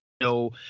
no